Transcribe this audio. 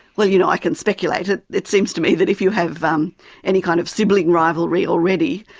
well, you know i can speculate, it it seems to me that if you have um any kind of sibling rivalry already,